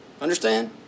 Understand